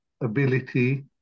ability